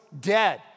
dead